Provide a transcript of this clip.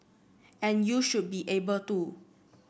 and you should be able to